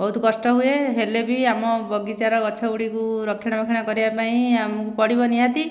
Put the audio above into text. ବହୁତ କଷ୍ଟ ହୁଏ ହେଲେ ବି ଆମ ବଗିଚାର ଗଛ ଗୁଡ଼ିକୁ ରକ୍ଷଣା ବେକ୍ଷଣ କରିବା ପାଇଁ ଆମକୁ ପଡ଼ିବ ନିହାତି